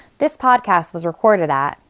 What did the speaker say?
this podcast was recorded at.